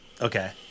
Okay